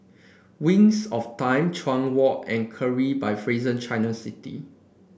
Wings of Time Chuan Walk and Capri by Fraser Changi City